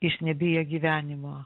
jis nebijo gyvenimo